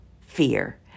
Fear